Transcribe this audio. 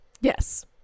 Yes